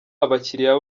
abakiliya